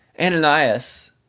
Ananias